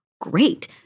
great